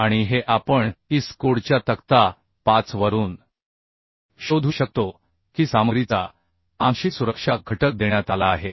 आणि हे आपण IS कोडच्या तक्ता 5 वरून शोधू शकतो की सामग्रीचा आंशिक सुरक्षा घटक देण्यात आला आहे